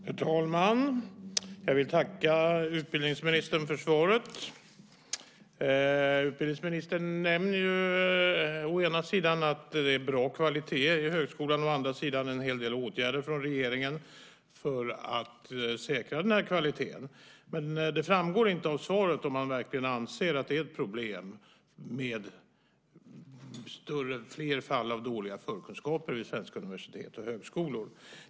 Herr talman! Jag vill tacka utbildningsministern för svaret. Utbildningsministern nämner å ena sidan att det är bra kvalitet i högskolan, å andra sidan en hel del åtgärder från regeringen för att säkra kvaliteten. Men det framgår inte av svaret om han verkligen anser att det är ett problem med fler fall av dåliga förkunskaper vid svenska universitet och högskolor.